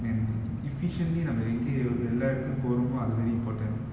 and efficiently நம்ம:namma week uh எல்லா எடத்துக்கு போரோமோ அது:ellaa edathuku poromo athu very important